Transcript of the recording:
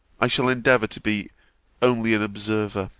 i shall endeavour to be only an observer